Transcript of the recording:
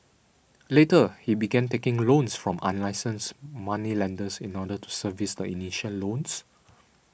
later he began taking loans from unlicensed moneylenders in order to service the initial loans